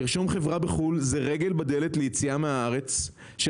לרשום חברה בחו"ל זה רגל ליציאה מהארץ של